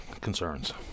concerns